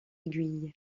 aiguille